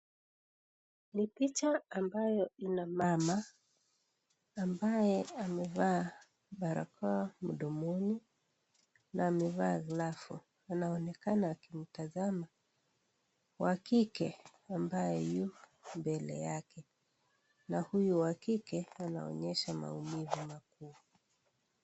Ni picha ambayo ina mama ambaye amevaa barakoa mdomoni na amevaa glavu anaonekana akimtazama wa kike ambaye yumbele yake na huyu wakike anaonyesha maumivu makuu.